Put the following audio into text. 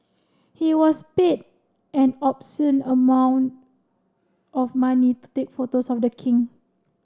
he was paid an obscene amount of money to take photos of the king